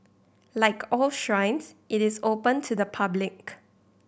like all shrines it is open to the public